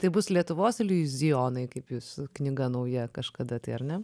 tai bus lietuvos iliuzijonai kaip jūs knyga nauja kažkada tai ar ne